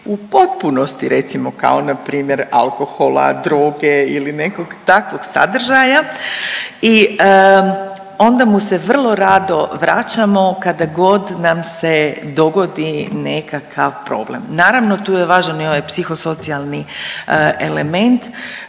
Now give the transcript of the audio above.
u potpunosti recimo kao npr. alkohola, droge ili nekog takvog sadržaja. I onda mu se vrlo rado vraćamo kada god nam se dogodi nekakav problem. Naravno tu je važan i ovaj psihosocijalni element.